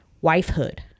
wifehood